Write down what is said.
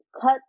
cut